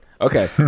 Okay